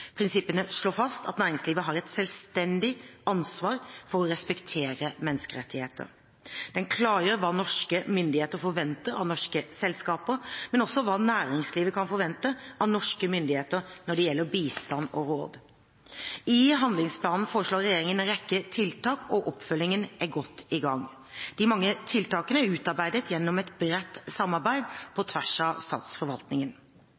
Prinsippene slår fast at næringslivet har et selvstendig ansvar for å respektere menneskerettighetene. Den klargjør hva norske myndigheter forventer av norske selskaper, men også hva næringslivet kan forvente av norske myndigheter når det gjelder bistand og råd. I handlingsplanen foreslår regjeringen en rekke tiltak, og oppfølgingen er godt i gang. De mange tiltakene er utarbeidet gjennom et bredt samarbeid